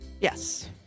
Yes